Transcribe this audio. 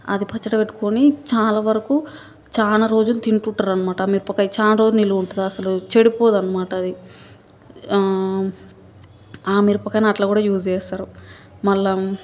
అది పచ్చడి పెట్టుకొని చాలా వరకు చాలా రోజులు తింటుంటాన్నమాట ఆ మిరపకాయ చాలా రోజులు నిల్వ ఉంటుంది చెడిపోదన్నమాట అది మిరపకాయని అట్లా కూడా యూజ్ చేస్తారు మళ్ళీ